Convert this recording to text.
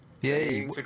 Yay